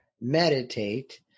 meditate